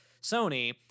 Sony